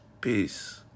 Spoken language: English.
Peace